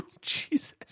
Jesus